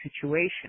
situation